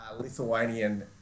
Lithuanian